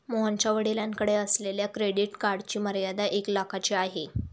मोहनच्या वडिलांकडे असलेल्या क्रेडिट कार्डची मर्यादा एक लाखाची आहे